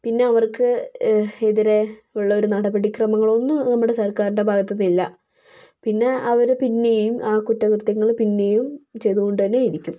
പിന്നെ അവർക്ക് എതിരേ ഉള്ളൊരു നടപടിക്രമങ്ങൾ ഒന്നും നമ്മുടെ സർക്കാരിൻ്റെ ഭാഗത്തു നിന്ന് ഇല്ല പിന്നെ അവർ പിന്നെയും ആ കുറ്റകൃത്യങ്ങൾ പിന്നെയും ചെയ്തുകൊണ്ട് തന്നെയിരിക്കും